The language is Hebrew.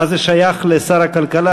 מה זה שייך לשר הכלכלה,